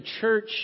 church